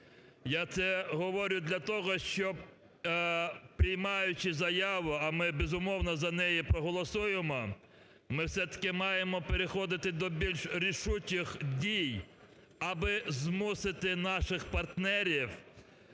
Я це говорю для того, щоб, приймаючи заяву, а ми, безумовно, за неї проголосуємо, ми все-таки маємо переходити до більш рішучих дій аби змусити наших партнерів